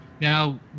Now